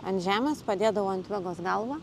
ant žemės padėdavau ant vegos galvą